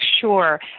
sure